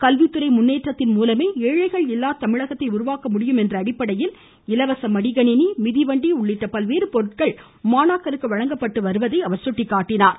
கல்வித்துறை முன்னேற்றத்தின் மூலமே ஏழைகள் இல்லா தமிழகத்தை உருவாக்க முடியும் என்ற அடிப்படையில் இலவச மடிக்கணிணி மிதிவண்டி உள்ளிட்ட பல்வேறு பொருட்கள் மாணாக்கருக்கு வழங்கப்பட்டு வருவதையும் அவர் சுட்டிக்காட்டினார்